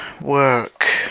work